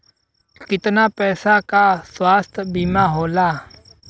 कितना पैसे का स्वास्थ्य बीमा होला?